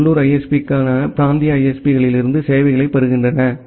இந்த உள்ளூர் ISP க்கள் பிராந்திய ISP களில் இருந்து சேவைகளைப் பெறுகின்றன